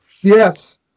Yes